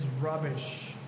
rubbish